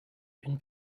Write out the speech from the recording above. une